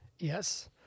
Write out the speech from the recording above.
Yes